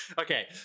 Okay